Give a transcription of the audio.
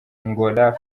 angola